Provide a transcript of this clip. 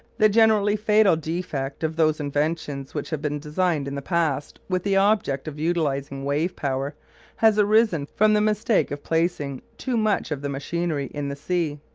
the generally fatal defect of those inventions which have been designed in the past with the object of utilising wave-power has arisen from the mistake of placing too much of the machinery in the sea.